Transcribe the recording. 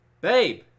Babe